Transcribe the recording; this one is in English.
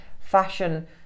fashion